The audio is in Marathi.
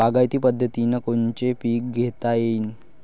बागायती पद्धतीनं कोनचे पीक घेता येईन?